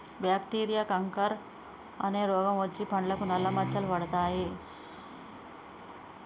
bacteria canker అనే రోగం వచ్చి పండ్లకు నల్ల మచ్చలు పడతాయి